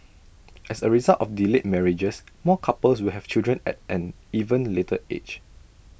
as A result of delayed marriages more couples will have children at an even later age